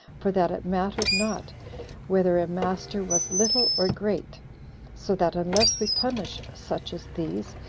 for that it mattered not whether a master was little or great so that unless we punish such as these,